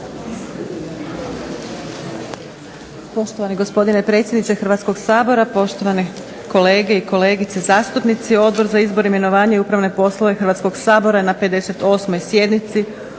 Poštovani gospodine predsjedniče Hrvatskog sabora, poštovane kolege i kolegice zastupnici. Odbor za izbor, imenovanje i upravne poslove Hrvatskog sabora na 58. sjednici